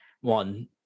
one